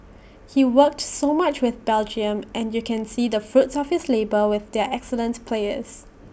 he's worked so much with Belgium and you can see the fruits of his labour with their excellent players